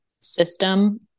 system